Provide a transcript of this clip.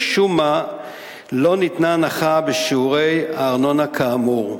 לא ניתנה הנחה בשיעורי הארנונה כאמור.